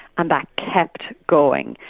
and that kept going,